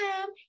time